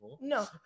No